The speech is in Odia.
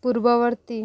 ପୂର୍ବବର୍ତ୍ତୀ